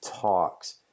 talks